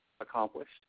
Accomplished